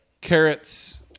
carrots